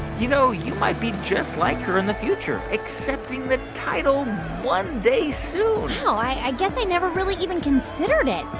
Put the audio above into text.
you know, you might be just like her in the future, accepting the title one day soon wow. i guess i never really even considered it.